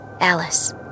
Alice